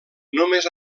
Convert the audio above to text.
només